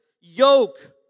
yoke